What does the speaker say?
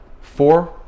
four